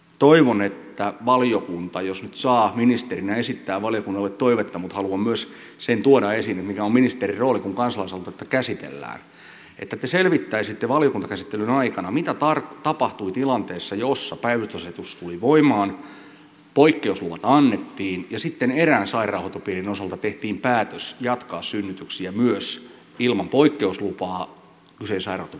toivon että valiokunta jos nyt saa ministerinä esittää valiokunnalle toivetta mutta haluan myös sen tuoda esille mikä on ministerin rooli kun kansalaisaloitetta käsitellään selvittäisi valiokuntakäsittelyn aikana mitä tapahtui tilanteessa jossa päivystysasetus tuli voimaan poikkeusluvat annettiin ja sitten erään sairaanhoitopiirin osalta tehtiin päätös jatkaa synnytyksiä myös ilman poikkeuslupaa kyseisen sairaanhoitopiirin alueella